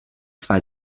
zwei